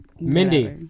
Mindy